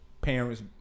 parents